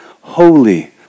Holy